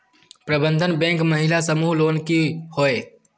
प्रबंधन बैंक महिला समूह लोन की होय?